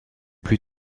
plus